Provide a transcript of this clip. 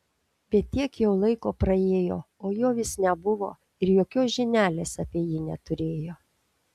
bet tiek jau laiko praėjo o jo vis nebuvo ir jokios žinelės apie jį neturėjo